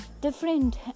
different